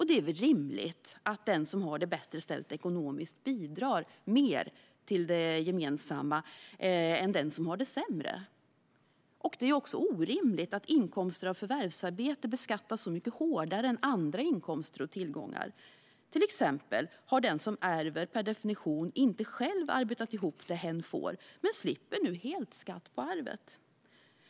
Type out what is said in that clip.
Det är väl rimligt att den som har det bättre ställt ekonomiskt bidrar mer till det gemensamma än den som har det sämre. Vidare är det orimligt att inkomster av förvärvsarbete beskattas hårdare än andra inkomster och tillgångar. Exempelvis har den som ärver per definition inte själv arbetat ihop det hen får men slipper nu helt skatt på arvet.